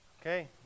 Okay